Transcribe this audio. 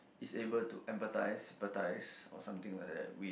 is able to empathize empathize or something like that we